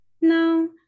no